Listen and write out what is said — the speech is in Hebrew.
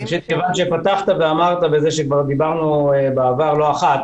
כמו שאמרת, דיברנו לא אחת,